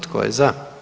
Tko je za?